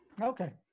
Okay